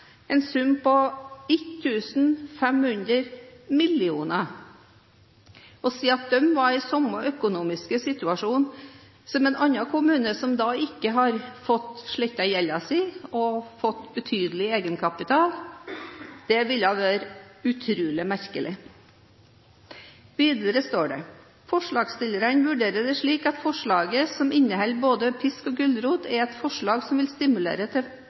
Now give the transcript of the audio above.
en sum på 1 500 mill. kr. Å si at de var i samme økonomiske situasjon som en annen kommune som ikke har fått slettet gjelden sin og fått betydelig egenkapital, ville være utrolig merkelig. Videre står det: «Forslagsstillerne vurderer det slik at forslaget, som både inneholder elementer av pisk og gulrot, er et forslag som vil stimulere til